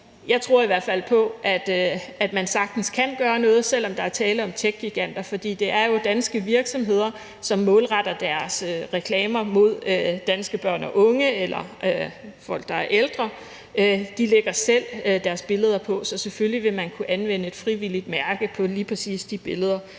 Jeg tror i hvert fald på, at man sagtens kan gøre noget, selv om der er tale om techgiganter, for det er jo danske virksomheder, som målretter deres reklamer mod danske børn og unge eller mod folk, der er ældre. De lægger selv deres billeder på, så selvfølgelig vil man kunne anvende et frivilligt mærke på lige præcis de billeder,